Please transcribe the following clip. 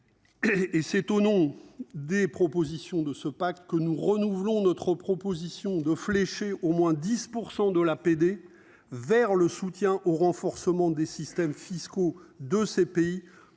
Et c'est au nom des propositions de ce pacte que nous renouvelons notre proposition de flécher au moins 10% de l'APD. Vers le soutien au renforcement des systèmes fiscaux de ces pays